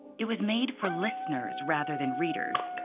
it was made for listeners rather than readers,